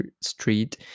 Street